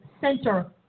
center